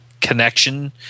connection